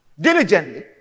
diligently